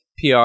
PR